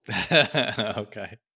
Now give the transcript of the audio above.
Okay